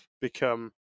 become